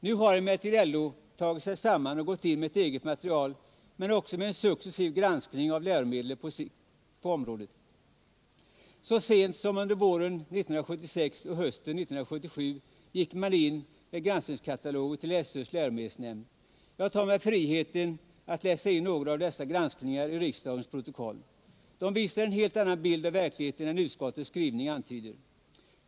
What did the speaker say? Nu har emellertid LO tagit sig samman och gått in med ett eget material men också med en successiv granskning av läromedlen på området. Så sent som under våren 1976 och hösten 1977 gick man in med granskningskataloger till SÖ:s läromedelsnämnd. Jag tar mig friheten att läsa in några av dessa granskningar i riksdagens protokoll. De visar en helt annan bild av verkligheten än utskottets skrivning antyder.